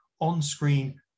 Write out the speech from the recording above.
on-screen